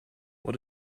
what